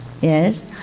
Yes